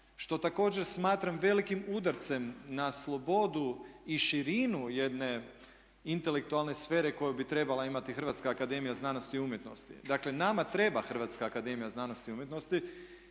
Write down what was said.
što također smatram velikim udarcem na slobodu i širinu jedne intelektualne sfere koju bi trebala imati Hrvatska akademija znanosti i umjetnosti. Dakle, nama treba HAZU, treba nam sa aktivnijim